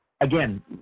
again